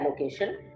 allocation